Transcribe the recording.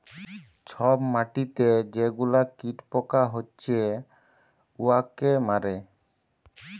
ছব মাটিতে যে গুলা কীট পকা হছে উয়াকে মারে